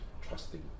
trusting